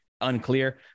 unclear